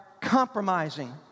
compromising